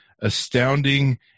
astounding